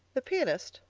the pianist?